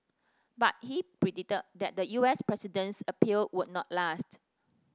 but he predicted that the U S president's appeal would not last